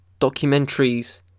documentaries